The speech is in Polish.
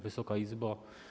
Wysoka Izbo!